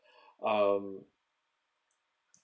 um